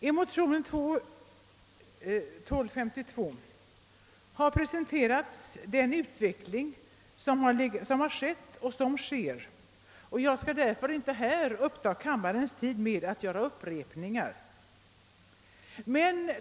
I motion II: 1252 har presenterats den utveckling som pågått och pågår, och jag skall därför inte här uppta kammarens tid med att göra uppräkningar.